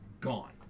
gone